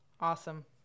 Awesome